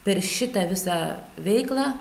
per šitą visą veiklą